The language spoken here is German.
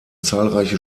zahlreiche